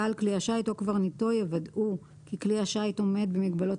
בעל כלי השיט או קברניטו יוודאו כי כלי השיט עומד במגבלות